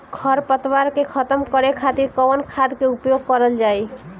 खर पतवार के खतम करे खातिर कवन खाद के उपयोग करल जाई?